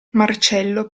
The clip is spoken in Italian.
marcello